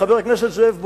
חבר הכנסת זאב בוים,